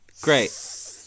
great